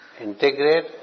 Integrate